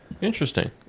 Interesting